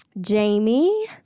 Jamie